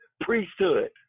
priesthood